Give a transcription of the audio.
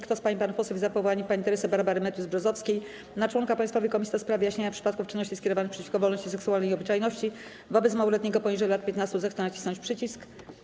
Kto z pań i panów posłów jest za powołaniem pani Teresy Barbary Matthews-Brzozowskiej na członka Państwowej Komisji do spraw wyjaśniania przypadków czynności skierowanych przeciwko wolności seksualnej i obyczajności wobec małoletniego poniżej lat 15, zechce nacisnąć przycisk.